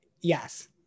Yes